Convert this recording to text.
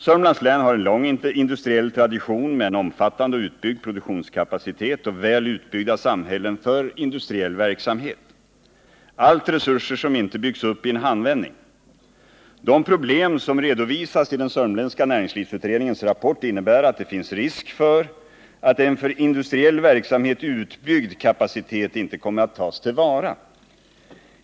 Sörmlands län har en lång industriell tradition med en omfattande och utbyggd produktionskapacitet och väl utbyggda samhällen för industriell verksamhet — allt resurser som inte byggs upp i en handvändning. De problem som redovisas i den sörmländska näringslivsutredningens rapport innebär att det finns risk för att en för industriell verksamhet utbyggd kapacitet inte kommer att tas till vara.